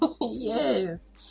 yes